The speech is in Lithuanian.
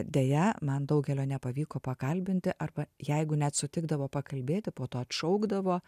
deja man daugelio nepavyko pakalbinti arba jeigu net sutikdavo pakalbėti po to atšaukdavo